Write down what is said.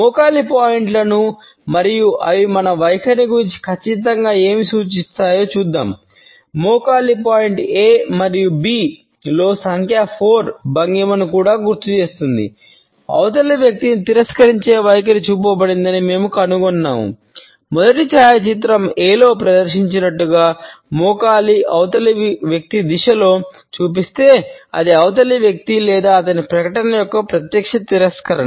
మోకాలి పాయింట్లను అవతలి వ్యక్తి దిశలో చూపిస్తే అది అవతలి వ్యక్తి లేదా అతని ప్రకటన యొక్క ప్రత్యక్ష తిరస్కరణ